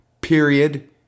Period